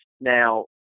Now